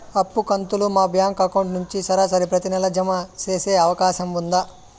అప్పు కంతులు మా బ్యాంకు అకౌంట్ నుంచి సరాసరి ప్రతి నెల జామ సేసే అవకాశం ఉందా?